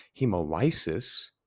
Hemolysis